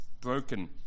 broken